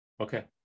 okay